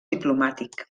diplomàtic